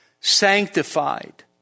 Sanctified